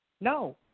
No